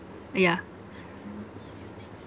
uh yeah